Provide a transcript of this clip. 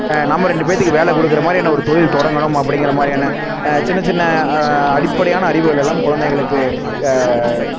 நம்ம ரெண்டு பேர்த்துக்கு வேலை கொடுக்கற மாதிரியான ஒரு தொழில் தொடங்கணும் அப்படிங்கிற மாதிரியான சின்ன சின்ன அடிப்படையான அறிவுகள் எல்லாம் குழந்தைங்களுக்கு